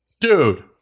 dude